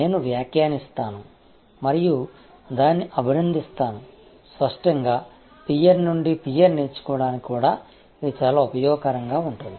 నేను వ్యాఖ్యానిస్తాను మరియు నేను దానిని అభినందిస్తాను స్పష్టంగా పియర్ నుండి పియర్ నేర్చుకోవడానికి కూడా ఇది చాలా ఉపయోగకరంగా ఉంటుంది